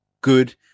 good